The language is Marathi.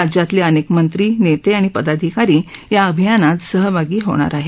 राज्यातले अनेक मंत्री नेते आणि पदाधिकारी या अभियानात सहभागी होणार आहेत